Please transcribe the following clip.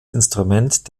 instrument